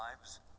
lives